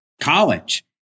college